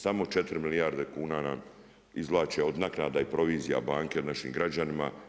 Samo 4 milijarde kuna nam izvlači od naknada i provizija banke našim građanima.